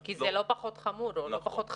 כי זה לא פחות חמור או לא פחות חשוב.